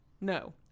No